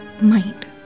mind